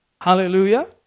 Hallelujah